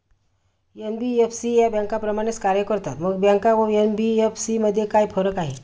NBFC या बँकांप्रमाणेच कार्य करतात, मग बँका व एन.बी.एफ.सी मध्ये काय फरक आहे?